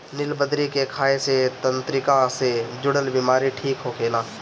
निलबदरी के खाए से तंत्रिका से जुड़ल बीमारी ठीक होखेला